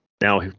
now